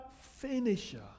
finisher